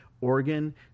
Oregon